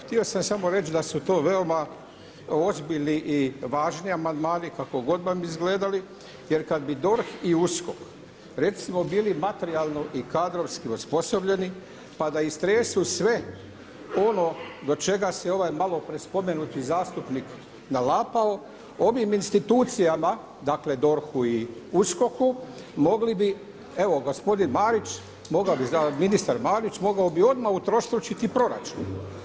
Htio sam samo reći da su to veoma ozbiljni i važni amandmani kako god vam izgledali jer kada bi DORH i USKOK recimo bili materijalno i kadrovski osposobljeni pa da istresu sve ono do čega se ovaj malo prije spomenuti zastupnik nalapao ovim institucijama dakle DORH-u i USKOK-u mogli bi evo gospodin Marić ministar Marić mogao bi odmah utrostručiti proračun.